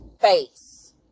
face